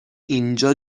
اینجا